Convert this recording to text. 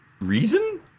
reason